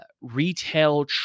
retail